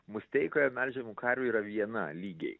musteikoje melžiamų karvių yra viena lygiai